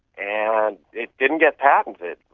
and it didn't get patented.